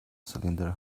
cylinder